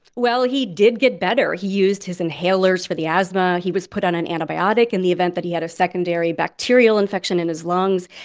well, he did get better. he used his inhalers for the asthma. he was put on an antibiotic in the event that he had a secondary bacterial infection in his lungs.